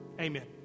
amen